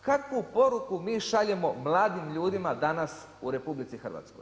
kakvu poruku mi šaljemo mladim ljudima danas u RH?